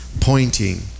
pointing